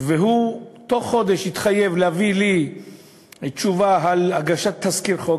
והוא התחייב להביא לי תוך חודש תשובה על הגשת תזכיר חוק,